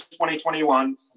2021